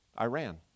Iran